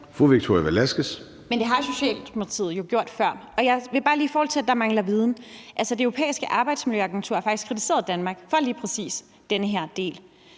Victoria Velasquez (EL): Men det har Socialdemokratiet jo gjort før. I forhold til at der mangler viden, vil jeg bare sige, at Det Europæiske Arbejdsmiljøagentur faktisk har kritiseret Danmark for lige præcis den her del.